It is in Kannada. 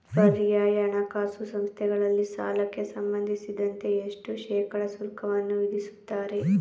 ಪರ್ಯಾಯ ಹಣಕಾಸು ಸಂಸ್ಥೆಗಳಲ್ಲಿ ಸಾಲಕ್ಕೆ ಸಂಬಂಧಿಸಿದಂತೆ ಎಷ್ಟು ಶೇಕಡಾ ಶುಲ್ಕವನ್ನು ವಿಧಿಸುತ್ತಾರೆ?